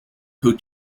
who